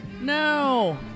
No